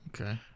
Okay